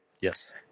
Yes